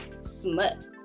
smut